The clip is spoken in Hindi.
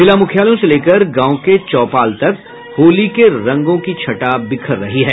जिला मुख्यालयों से लेकर गांवों के चौपाल तक होली के रंगों की छटा बिखर रही है